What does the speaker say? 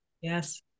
Yes